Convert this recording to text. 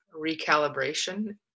recalibration